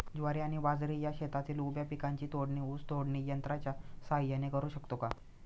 ज्वारी आणि बाजरी या शेतातील उभ्या पिकांची तोडणी ऊस तोडणी यंत्राच्या सहाय्याने करु शकतो का?